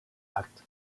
acte